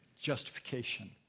justification